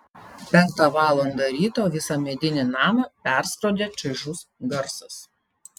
penktą valandą ryto visą medinį namą perskrodė čaižus garsas